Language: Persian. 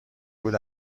بود